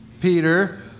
Peter